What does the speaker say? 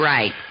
Right